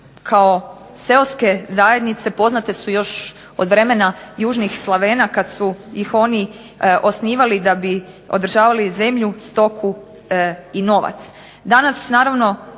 kao seoske zajednice poznate su još od vremena južnih Slavena kad su ih oni osnivali da bi održavali zemlju, stoku i novac.